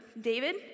David